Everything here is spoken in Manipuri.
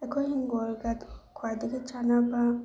ꯑꯩꯈꯣꯏ ꯍꯤꯡꯒꯣꯜꯒ ꯈ꯭ꯋꯥꯏꯗꯒꯤ ꯆꯥꯟꯅꯕ